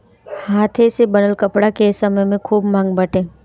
हाथे से बनल कपड़ा के ए समय में खूब मांग बाटे